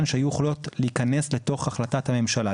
שהיו יכולים להיכנס לתוך החלטת הממשלה.